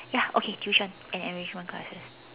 ya okay tuition and enrichment classes